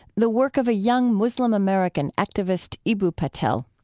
the work of a young muslim-american, activist eboo patel.